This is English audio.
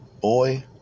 Boy